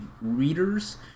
readers